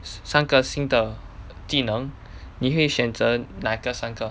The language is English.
三个新的技能你会选择哪个三个